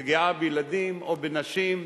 פגיעה בילדים או בנשים,